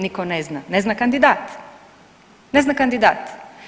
Niko ne zna, ne zna kandidat, ne zna kandidat.